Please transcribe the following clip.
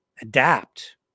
adapt